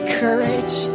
courage